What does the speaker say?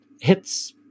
hits